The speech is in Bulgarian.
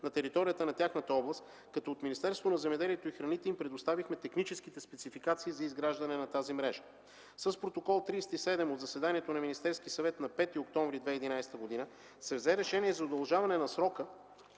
на територията на тяхната област, като от Министерството на земеделието и храните им предоставихме техническите спецификации за изграждане на тази мрежа. С Протокол № 37 от заседанието на Министерския съвет на 5 октомври 2011 г. се взе решение за удължаване на срока